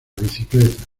bicicletas